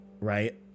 right